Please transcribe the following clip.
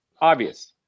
obvious